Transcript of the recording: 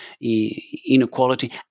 inequality